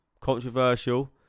controversial